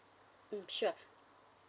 mm sure